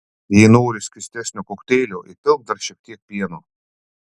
jei nori skystesnio kokteilio įpilk dar šiek tiek pieno